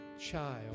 child